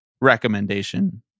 recommendation